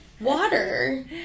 Water